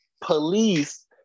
police